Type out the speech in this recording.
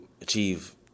achieve